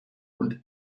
und